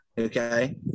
Okay